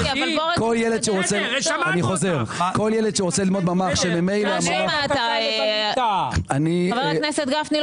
ילד רוצה ללמוד ממ"ח- -- חבר הכנסת גפני,